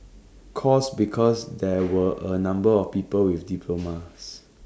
course because there were A number of people with diplomas